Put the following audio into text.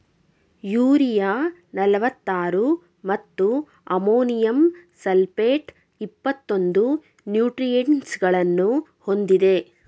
urea ನಲ್ವತ್ತಾರು ಮತ್ತು ammonium sulphate ಇಪ್ಪತ್ತೊಂದು ನ್ಯೂಟ್ರಿಯೆಂಟ್ಸಗಳನ್ನು ಹೊಂದಿದೆ